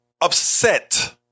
upset